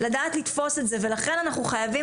לדעת לתפוס את זה ולכן אנחנו חייבים